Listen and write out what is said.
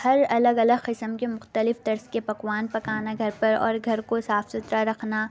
ہر الگ الگ قسم کے مختلف طرز کے پکوان پکانا گھر پر اور گھر کو صاف سُتھرا رکھنا